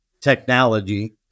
technology